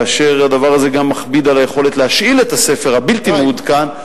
כאשר הדבר הזה מכביד גם על היכולת להשאיל את הספר הבלתי מעודכן,